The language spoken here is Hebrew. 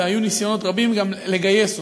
והיו ניסיונות רבים גם לגייס אותו.